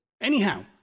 Anyhow